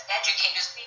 educators